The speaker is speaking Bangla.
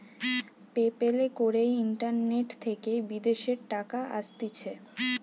পে প্যালে করে ইন্টারনেট থেকে বিদেশের টাকা আসতিছে